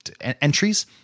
entries